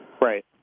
Right